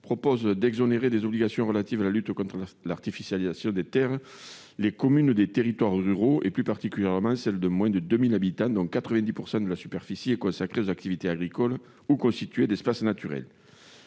vise à exonérer des obligations relatives à la lutte contre l'artificialisation des terres les communes des territoires ruraux et, plus particulièrement, celles de moins de 2 000 habitants dont 90 % de la superficie est consacrée aux activités agricoles ou encore constituée d'espaces naturels.